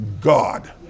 God